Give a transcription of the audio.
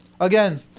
Again